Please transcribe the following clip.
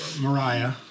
Mariah